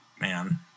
man